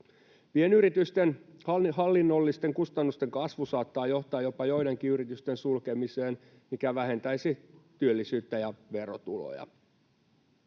Pienyritysten hallinnollisten kustannusten kasvu saattaa johtaa jopa joidenkin yritysten sulkemiseen, mikä vähentäisi työllisyyttä ja verotuloja.